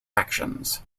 actions